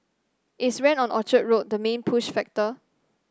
is rent on Orchard Road the main push factor